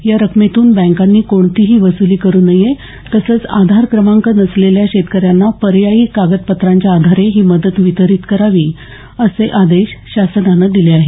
या रकमेतून बँकांनी कोणतीही वसुली करू नये तसंच आधार क्रमांक नसलेल्या शेतकऱ्यांना पर्यायी कागद पत्रांच्या आधारे ही मदत वितरीत करावी असे आदेश शासनानं दिले आहेत